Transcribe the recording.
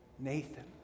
Nathan